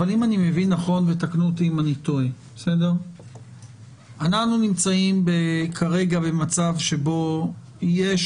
אבל אם אני מבין נכון אנחנו נמצאים כרגע במצב שבו יש